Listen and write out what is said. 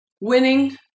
winning